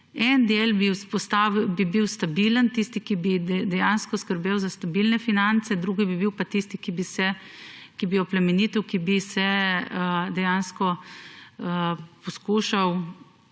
En del bi bil stabilen, tisti, ki bi dejansko skrbel za stabilne finance, drugi bi bil pa tisti, ki bi oplemenitil, ki bi se dejansko poskušal